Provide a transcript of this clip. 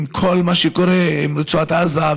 עם כל מה שקורה עם רצועת עזה,